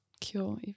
cure